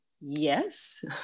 yes